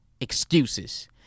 Excuses